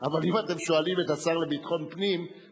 אבל אם אתם שואלים את השר לביטחון פנים,